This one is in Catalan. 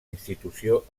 institució